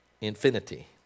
Infinity